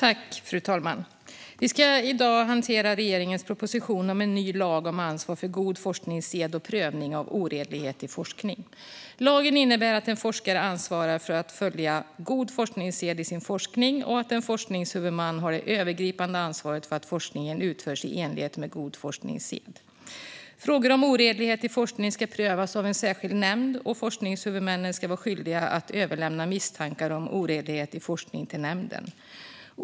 Fru talman! Vi ska i dag hantera regeringens proposition om en ny lag om ansvar för god forskningssed och prövning av oredlighet i forskning. Lagen innebär att en forskare ansvarar för att följa god forskningssed i sin forskning och att en forskningshuvudman har det övergripande ansvaret för att forskningen utförs i enlighet med god forskningssed. Frågor om oredlighet i forskning ska prövas av en särskild nämnd, och forskningshuvudmännen ska vara skyldiga att överlämna misstankar om oredlighet i forskning till nämnden.